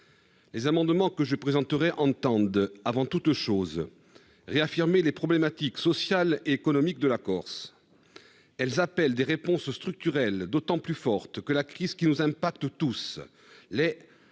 Les amendements que je vais présenter visent avant toute chose à réaffirmer les problématiques sociales et économiques de la Corse, lesquelles appellent des réponses structurelles d'autant plus fortes que la crise, si elle nous impacte tous,